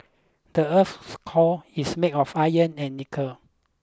the earth's core is made of iron and nickel